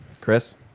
Chris